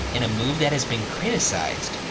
in a move that has been criticized,